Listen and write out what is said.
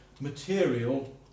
material